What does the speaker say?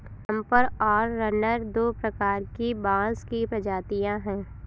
clumper और runner दो प्रकार की बाँस की प्रजातियाँ हैं